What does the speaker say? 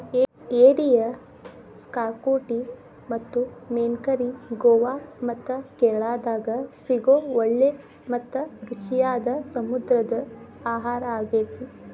ಏಡಿಯ ಕ್ಸಾಕುಟಿ ಮತ್ತು ಮೇನ್ ಕರಿ ಗೋವಾ ಮತ್ತ ಕೇರಳಾದಾಗ ಸಿಗೋ ಒಳ್ಳೆ ಮತ್ತ ರುಚಿಯಾದ ಸಮುದ್ರ ಆಹಾರಾಗೇತಿ